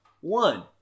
one